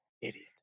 Idiot